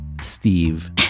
Steve